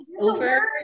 over